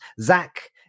Zach